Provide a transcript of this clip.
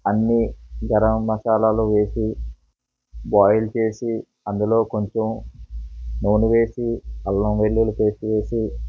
అన్నీ గరం మసాలాలు వేసి బాయిల్ చేసి అందులో కొంచెం నూనె వేసి అల్లం వెల్లుల్లి పేస్ట్ వేసి